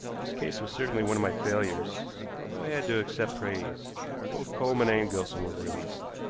this case was certainly one of my failures, although i had to accept praise when both coleman and gilson were released.